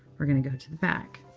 we're going to go to the back.